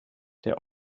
der